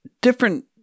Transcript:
different